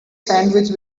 sandwich